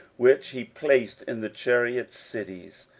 which he placed in the chariot cities,